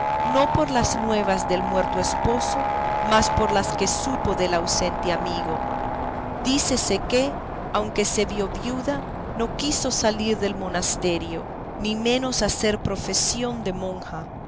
no por las nuevas del muerto esposo mas por las que supo del ausente amigo dícese que aunque se vio viuda no quiso salir del monesterio ni menos hacer profesión de monja